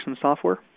software